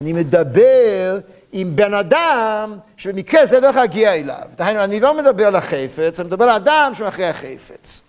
אני מדבר עם בן אדם שבמקרה זה דרך להגיע אליו. תראינו, אני לא מדבר על החפץ, אני מדבר על האדם שמחיה החפץ.